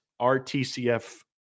RTCF